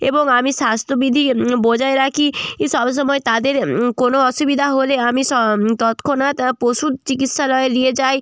এবং আমি স্বাস্থ্যবিধি বজায় রাখি ই সব সময় তাদের কোনো অসুবিধা হলে আমি তৎক্ষণাৎ পশু চিকিৎসালয়ে নিয়ে যাই